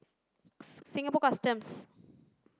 Singapore Customs